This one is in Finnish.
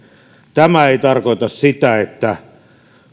tämä ei tarkoita sitä että